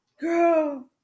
girl